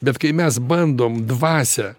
bet kai mes bandom dvasią